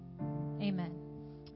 Amen